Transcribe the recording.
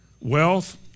wealth